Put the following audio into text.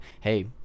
hey